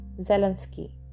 Zelensky